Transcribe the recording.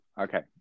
okay